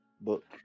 book